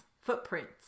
footprints